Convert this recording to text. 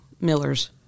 Miller's